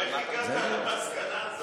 איך הגעת למסקנה הזאת?